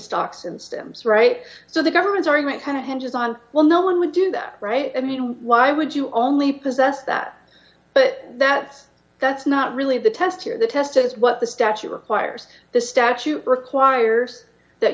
stocks and systems right so the government's argument kind of hinges on well no one would do that right i mean why would you only possess that but that's that's not really the test here the test is what the statute requires the statute requires that